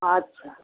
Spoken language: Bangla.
আচ্ছা